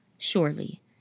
Surely